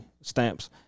Stamps